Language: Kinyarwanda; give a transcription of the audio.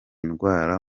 ndwara